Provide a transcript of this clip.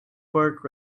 birth